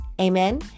Amen